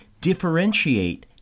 differentiate